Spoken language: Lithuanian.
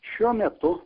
šiuo metu